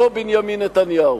לא בנימין נתניהו.